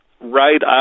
right